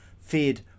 feared